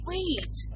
Wait